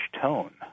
tone